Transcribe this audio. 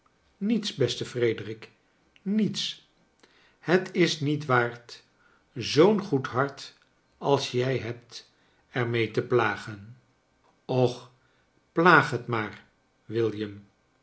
niets beste frederik niets het is niet waard zoo'n goed hart als jij hebt er mee te plagen och plaag het maar